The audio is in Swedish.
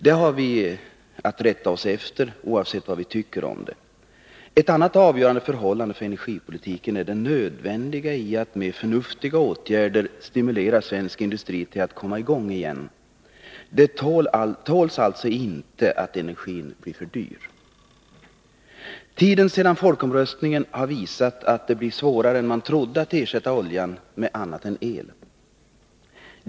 Vi har att rätta oss därefter, oavsett vad vi tycker om det. Ett annat avgörande förhållande för energipolitiken är det nödvändiga i att svensk industri genom förnuftiga åtgärder stimuleras att komma i gång igen. Situationen tål alltså inte att energin blir för dyr. Under den tid som gått sedan folkomröstningen har det visat sig att det blir svårare än man trott att ersätta oljan med något annat energislag än el.